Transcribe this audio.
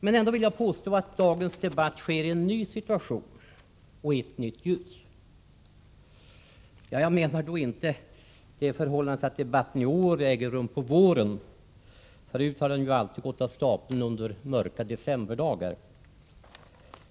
Men ändå vill jag påstå att dagens debatt sker i en ny situation och i ett nytt ljus. Jag menar då inte bara det förhållandet att debatten i år äger rum på våren — förut har den alltid gått av stapeln under mörka decemberdagar.